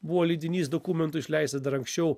buvo leidinys dokumentų išleistas dar anksčiau